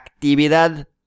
Actividad